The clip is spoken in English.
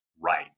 right